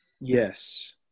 Yes